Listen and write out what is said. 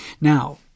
Now